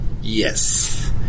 yes